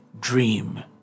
dream